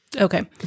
Okay